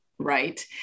right